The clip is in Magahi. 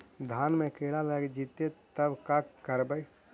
धान मे किड़ा लग जितै तब का करबइ?